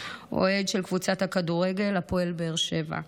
אוהד של קבוצת הכדורגל הפועל באר-שבע,